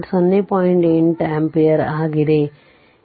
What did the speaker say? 8 ampere ಆಗಿದೆ